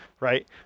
Right